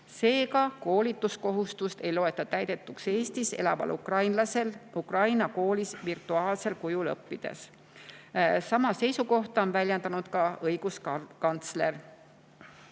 Seega, koolikohustust ei loeta täidetuks, kui Eestis elav ukrainlane Ukraina koolis virtuaalsel kujul õpib. Sama seisukohta on väljendanud ka õiguskantsler.